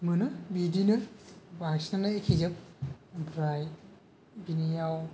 मोनो बिदिनो बांसिनानो एखेजोब ओफ्राय बिनियाव